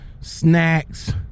Snacks